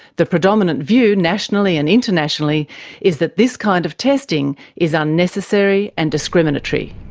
the predominant view nationally and internationally is that this kind of testing is unnecessary and discriminatory.